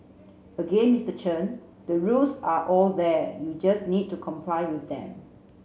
again Mr Chen the rules are all there you just need to comply with them